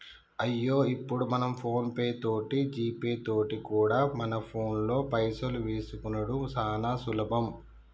అయ్యో ఇప్పుడు మనం ఫోన్ పే తోటి జీపే తోటి కూడా మన ఫోన్లో పైసలు వేసుకునిడు సానా సులభం